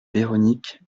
véronique